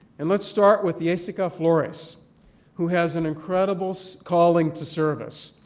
and let's start with yessica flores who has an incredible calling to service.